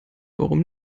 warum